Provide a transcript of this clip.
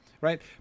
right